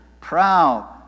proud